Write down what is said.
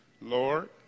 Lord